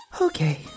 Okay